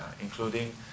including